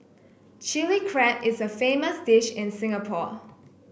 Chilli Crab is a famous dish in Singapore